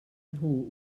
nhw